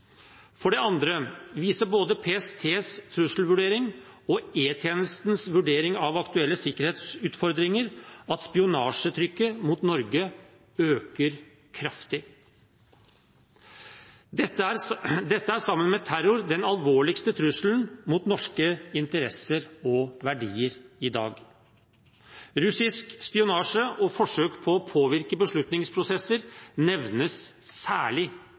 For det andre viser både PSTs trusselvurdering og E-tjenestens vurdering av aktuelle sikkerhetsutfordringer at spionasjetrykket mot Norge øker kraftig. Dette er sammen med terror den alvorligste trusselen mot norske interesser og verdier i dag. Russisk spionasje og forsøk på å påvirke beslutningsprosesser nevnes særlig